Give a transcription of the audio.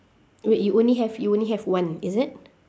wait you only have you only have one is it